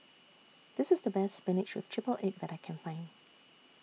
This IS The Best Spinach with Triple Egg that I Can Find